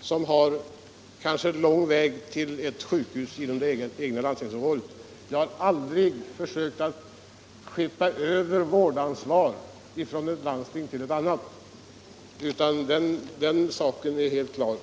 som kanske har lång väg till sjukhus inom det egna landstingsområdet. Jag har aldrig försökt skjuta över vårdansvaret från ett landsting till ett annat — den saken är helt klar.